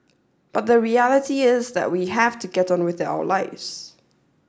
but the reality is that we have to get on with our lives